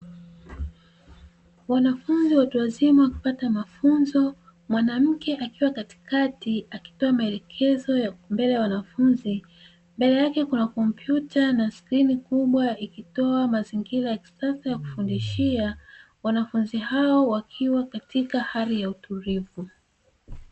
Wanafunzi watu wazima waki pata mafunzo, mwanamke akiwa katikati akipewa maelekezo mbele ya wanafunzi, mbele yake kuna kompyuta na sikrini kubwa ikitoa mazingira ya kisasa ya kufundishia, wanafunzi hao wakiwa hatika jali ya utulivu.